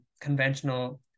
conventional